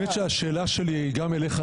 השאלה שלי היא גם אליך,